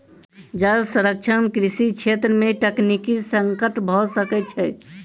जल संरक्षण कृषि छेत्र में तकनीकी संकट भ सकै छै